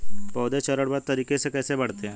पौधे चरणबद्ध तरीके से कैसे बढ़ते हैं?